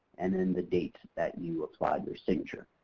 and then the date that you applied your signature.